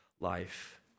life